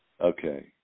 Okay